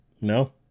No